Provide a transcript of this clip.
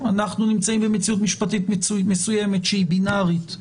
אנחנו נמצאים במציאות משפטית מסוימת שהיא בינארית,